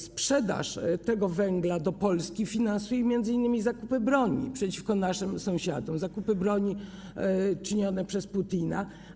Sprzedaż tego węgla do Polski finansuje m.in. zakupy broni przeciwko naszym sąsiadom, zakupy broni czynione przez Putina.